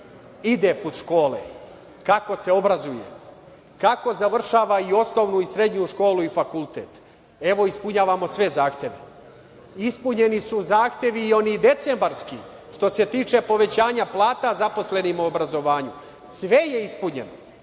ide put škole, kako se obrazuje, kako završava i osnovnu i srednju školu i fakultet. Evo ispunjavamo sve zahteve. Ispunjeni su zahtevi i oni decembarski što se tiče povećanja plata zaposlenima u obrazovanju. Sve je ispunjeno.32/1